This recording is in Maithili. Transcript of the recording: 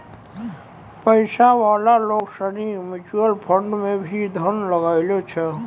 पैसा वाला लोग सनी म्यूचुअल फंड मे भी धन लगवै छै